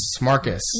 Marcus